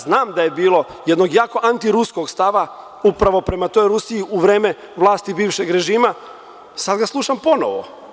Znam da je bilo jednog jako anti ruskog stava upravo prema toj Rusiji u vreme vlasti bivšeg režima, a sada slušam ponovo.